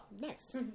Nice